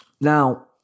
Now